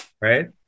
Right